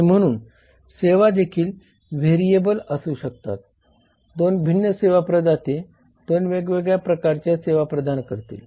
आणि म्हणून सेवा देखील व्हेरिएबल असू शकतात 2 भिन्न सेवा प्रदाते 2 वेगवेगळ्या प्रकारच्या सेवा प्रदान करतील